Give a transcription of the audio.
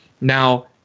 Now